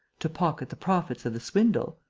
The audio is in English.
to pocket the profits of the swindle.